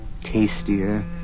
tastier